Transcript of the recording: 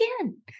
again